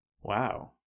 Wow